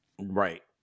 Right